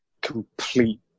complete